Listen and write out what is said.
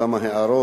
כמה הערות,